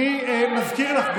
זה, גלית, אתם, אני מזכיר לך גם,